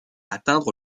atteindre